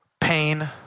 Pain